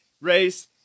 race